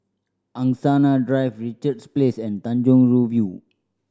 Angsana Drive Richards Place and Tanjong Rhu View